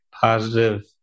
positive